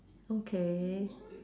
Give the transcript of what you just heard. okay